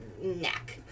neck